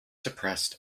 depressed